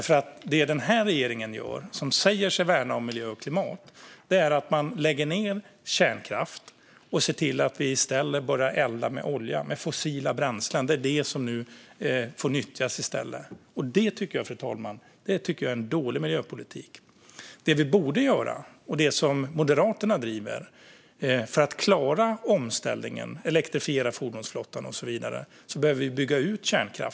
För det den här regeringen, som säger sig värna miljö och klimat, gör är att lägga ned kärnkraft och se till att vi i stället börjar elda med olja - med fossila bränslen. Det är det som nu får nyttjas i stället. Det tycker jag, fru talman, är en dålig miljöpolitik. Det vi borde göra, och det som Moderaterna driver, för att klara omställningen, elektrifiera fordonsflottan och så vidare är att bygga ut kärnkraften.